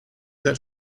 that